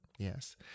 yes